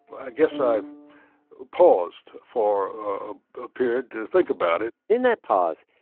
i guess i paused for a ah period to think about it in that pause,